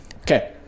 okay